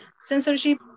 Censorship